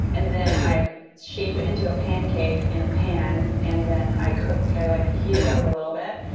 and then i shape it into a pancake in a pan and then i cook i like heat it up a little bit.